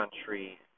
country